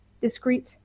discrete